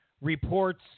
reports